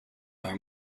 are